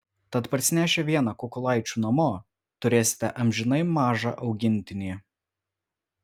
tad parsinešę vieną kukulaičių namo turėsite amžinai mažą augintinį